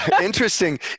Interesting